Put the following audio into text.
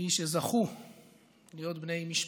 מי שזכו להיות בני משפחתו,